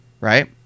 right